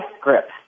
grip